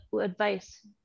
advice